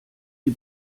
die